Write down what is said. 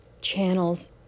channels